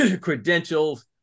credentials